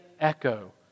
echo